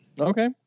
Okay